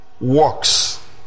works